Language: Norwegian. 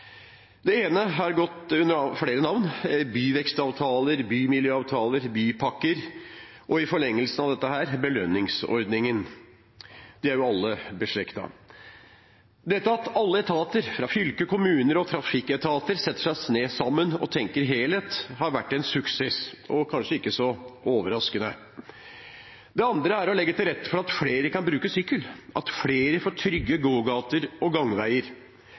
Det ene har gått under flere navn – byvekstavtaler, bymiljøavtaler, bypakker, og i forlengelsen av dette: belønningsordningen. De er alle beslektet. Dette at alle etater fra fylke, kommuner og trafikketater setter seg ned sammen og tenker helhet, har vært en suksess – kanskje ikke så overraskende. Det andre er å legge til rette for at flere kan bruke sykkel, at flere får trygge gågater og gangveier.